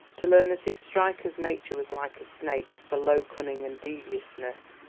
to learn that if stryker's nature was like a snake's for low cunning and deviousness,